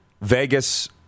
Vegas